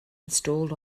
installed